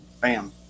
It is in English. bam